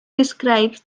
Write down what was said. describes